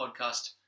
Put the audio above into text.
podcast